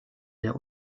der